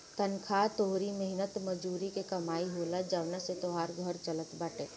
तनखा तोहरी मेहनत मजूरी के कमाई होला जवना से तोहार घर चलत बाटे